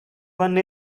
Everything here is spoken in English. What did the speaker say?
one